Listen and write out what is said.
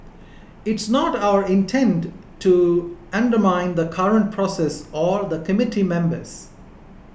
it's not our intent to undermine the current process or the committee members